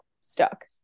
stuck